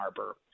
Arbor